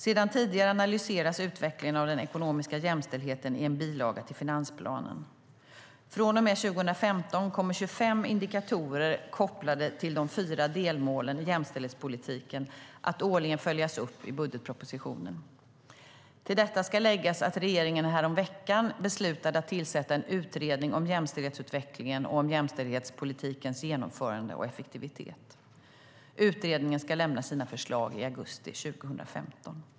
Sedan tidigare analyseras utvecklingen av den ekonomiska jämställdheten i en bilaga till finansplanen. Från och med 2015 kommer 25 indikatorer kopplade till de fyra delmålen i jämställdhetspolitiken att årligen följas upp i budgetpropositionen. Till detta ska läggas att regeringen häromveckan beslutade att tillsätta en utredning om jämställdhetsutvecklingen och om jämställdhetspolitikens genomförande och effektivitet. Utredningen ska lämna sina förslag i augusti 2015.